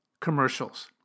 commercials